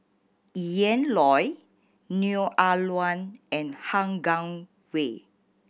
Ian Loy Neo Ah Luan and Han Guangwei